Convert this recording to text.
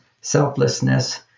selflessness